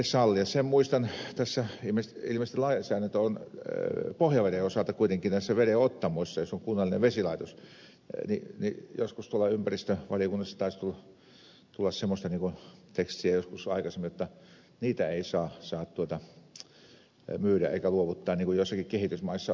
sen muistan tässä ei me kyllä sellaiseen ilmeisesti lainsäädäntö pohjaveden osalta kuitenkin on sellainen näissä vedenottamoissa joissa on kunnallinen vesilaitos että joskus tuolta ympäristövaliokunnasta on tainnut tulla semmoista tekstiä aikaisemmin että niitä ei saa myydä eikä luovuttaa niin kuin joissakin kehitysmaissa on tapahtunut